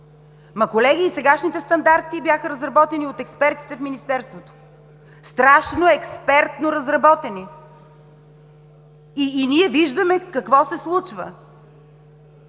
Колеги, и сегашните стандарти бяха разработени от експертите в Министерството. Страшно експертно разработени! Ние виждаме какво се случва.